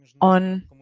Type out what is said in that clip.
on